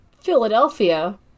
Philadelphia